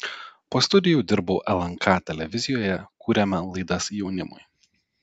po studijų dirbau lnk televizijoje kūrėme laidas jaunimui